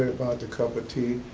the cup of tea?